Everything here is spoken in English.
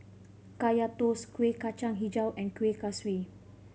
Kaya Toast Kueh Kacang Hijau and Kuih Kaswi